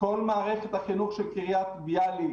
כל מערכת החינוך של קריית ביאליק